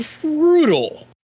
brutal